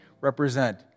represent